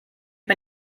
mir